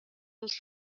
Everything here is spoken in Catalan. els